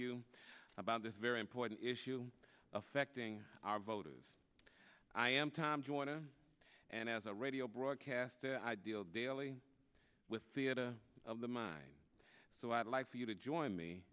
you about this very important issue affecting our voters i am time joiner and as a radio broadcaster ideal daily with theater of the mind so i'd like for you to join me